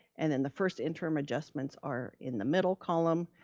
and then the first interim adjustments are in the middle column,